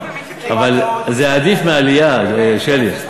זה עדיף מעלייה, שלי.